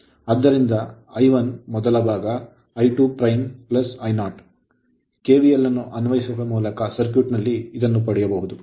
ಆದ್ದರಿಂದ I1 ಮೊದಲ ಭಾಗ I2 I0 KVL ಕೆವಿಎಲ್ ಅನ್ನು ಅನ್ವಯಿಸುವ ಮೂಲಕ ಸರ್ಕ್ಯೂಟ್ನಲ್ಲಿಪಡಯಬಹುದು